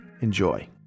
Enjoy